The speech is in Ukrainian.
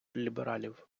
лібералів